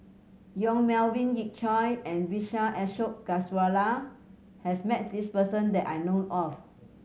Yong Melvin Yik Chye and Vijesh Ashok Ghariwala has met this person that I know of